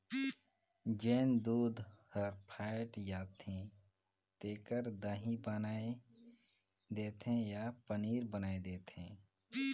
जेन दूद हर फ़ायट जाथे तेखर दही बनाय देथे या पनीर बनाय देथे